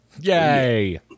yay